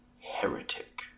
heretic